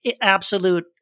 absolute